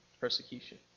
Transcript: persecution